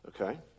okay